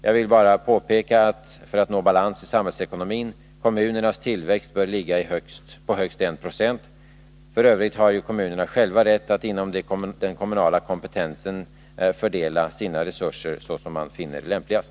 Jag vill bara påpeka att — för att nå balans i samhällsekonomin — kommunernas tillväxt bör ligga på högst 1 26. F. ö. har kommunerna själva rätt att inom den kommunala kompetensen fördela sina resurser så som man finner lämpligast.